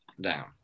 down